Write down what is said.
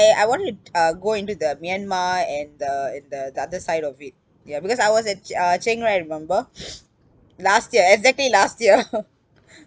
I wanted to uh go into the myanmar and the and the the other side of it yeah because I was in uh chiang rai remember last year exactly last year